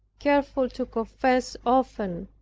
careful to confess often.